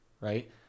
right